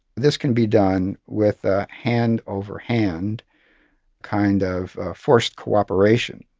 this can be done with a hand-over-hand kind of forced cooperation.